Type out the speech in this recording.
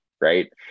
right